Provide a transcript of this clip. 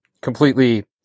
completely